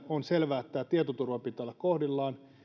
on selvää että tietoturvan pitää olla kohdillaan